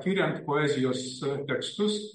tiriant poezijos tekstus